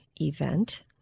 event